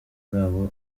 babo